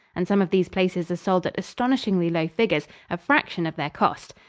and some of these places are sold at astonishingly low figures a fraction of their cost.